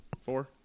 four